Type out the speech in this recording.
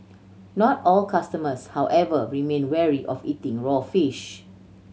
not all customers however remain wary of eating raw fish